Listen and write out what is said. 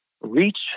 reach